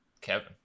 Kevin